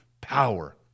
power